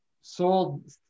sold